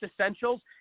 essentials